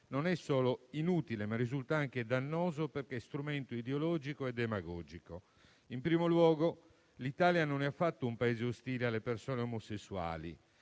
non è solo inutile, ma risulta anche dannoso perché strumento ideologico e demagogico. In primo luogo, l'Italia non è affatto un Paese ostile alle persone omosessuali,